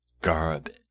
garbage